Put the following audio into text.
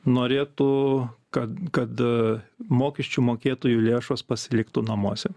norėtų kad kad mokesčių mokėtojų lėšos pasiliktų namuose